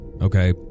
Okay